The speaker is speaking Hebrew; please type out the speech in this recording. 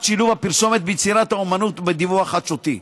שילוב הפרסומת ביצירת האומנות או בדיווח החדשותי.